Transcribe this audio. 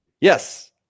Yes